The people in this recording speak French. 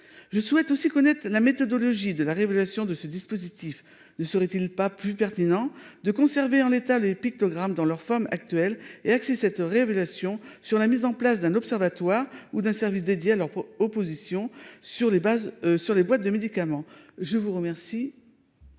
Je souhaite aussi connaître la méthodologie de la révélation de ce dispositif ne serait-il pas plus pertinent de conserver en l'état les pictogrammes dans leur forme actuelle. Et si cette révélation sur la mise en place d'un observatoire ou d'un service dédié à leur opposition sur les bases sur les boîtes de médicaments, je vous remercie.